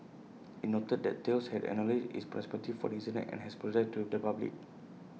IT noted that Thales has acknowledged its responsibility for the incident and has apologised to the public